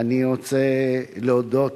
אני רוצה להודות